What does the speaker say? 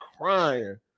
crying